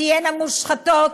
תהיינה מושחתות,